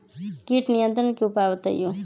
किट नियंत्रण के उपाय बतइयो?